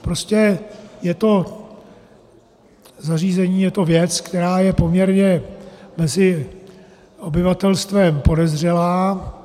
Prostě je to zařízení, je to věc, která je poměrně mezi obyvatelstvem podezřelá.